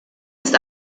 ist